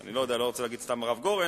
אני לא רוצה להגיד "הרב גורן",